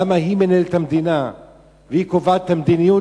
למה היא מנהלת את המדינה והיא קובעת את המדיניות